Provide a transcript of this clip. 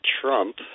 Trump